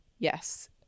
Yes